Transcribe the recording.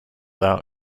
out